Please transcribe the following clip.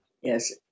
Yes